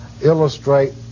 illustrate